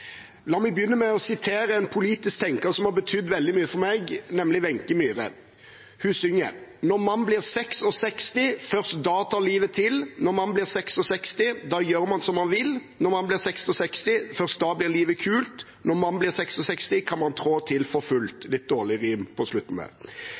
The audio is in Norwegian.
La meg begynne med å sitere en politisk tenker som har betydd veldig mye for meg, nemlig Wenche Myhre. Hun synger: Når man blir 66, først da tar livet til Når man blir 66, da gjør man som man vil Når man blir 66, først da blir livet kult Når man blir 66, kan man trå til for fullt